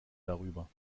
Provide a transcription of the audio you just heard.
darüber